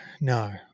no